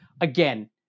again